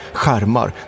skärmar